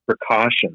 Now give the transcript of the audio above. precautions